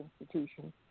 institution